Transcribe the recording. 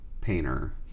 painter